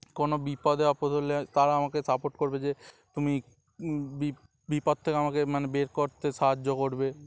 কোনো বিপদ আপদ হলে তারা আমাকে সাপোর্ট করবে যে তুমি বি বিপদ থেকে আমাকে মানে বের করতে সাহায্য করবে